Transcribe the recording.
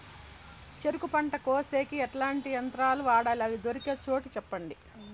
చెరుకు పంట కోసేకి ఎట్లాంటి యంత్రాలు వాడాలి? అవి దొరికే చోటు చెప్పండి?